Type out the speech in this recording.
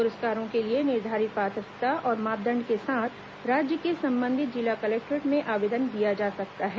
पुरस्कारों के लिए निर्धारित पात्रता और मापदंड के साथ राज्य के संबंधित जिला कलेक्टोरेट में आवेदन दिया जा सकता है